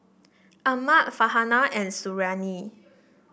Ahmad Farhanah and Suriani